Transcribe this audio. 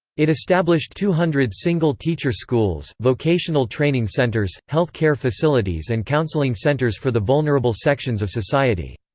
it established two hundred single-teacher schools, vocational training centers, health care facilities and counselling centers for the vulnerable sections of society.